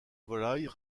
volailles